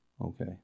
okay